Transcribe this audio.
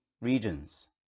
regions